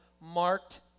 marked